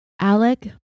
Alec